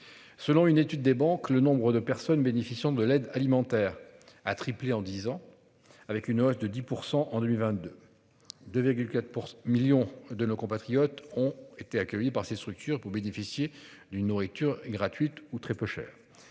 Selon une étude des banques. Le nombre de personnes bénéficiant de l'aide alimentaire a triplé en 10 ans, avec une hausse de 10% en 2022. 2,4% millions de nos compatriotes ont été accueillis par ces structures pour bénéficier d'une nourriture gratuite ou très peu cher.